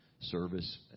service